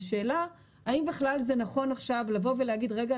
השאלה היא האם זה נכון עכשיו לבוא ולהגיד: רגע,